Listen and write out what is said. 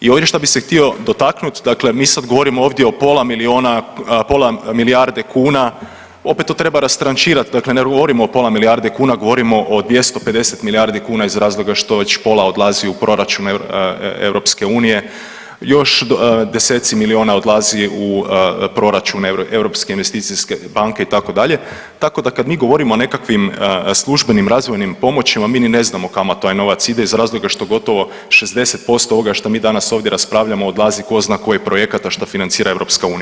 I ovdje šta bi se htio dotaknuti, dakle mi sad govorimo ovdje o pola miliona, pola milijarde kuna opet to treba rastrančirati dakle ne govorimo o pola milijarde kuna, govorimo o 250 milijardi kuna iz razloga što već pola odlazi u proračun EU, još deseci miliona odlazi u proračuna Europske investicijske banke itd., tako da kad mi govorimo o nekakvim službenim razvojnim pomoćima mi ni ne znamo kao taj novac ide iz razloga što gotovo 60% ovoga šta mi danas ovdje raspravljamo odlazi tko zna kojih projekata što financira EU.